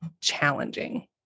challenging